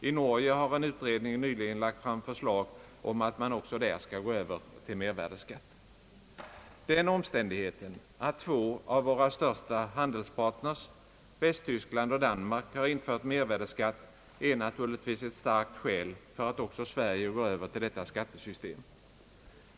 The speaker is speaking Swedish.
I Norge har en utredning nyligen lagt fram förslag om att man också där skall gå över till mervärdeskatt. Den omständigheten att två av våra största handelspartners, Västyskland och Danmark, har infört mervärdeskatt är naturligtvis ett starkt skäl för att också Sverige går över till detta skattesystem.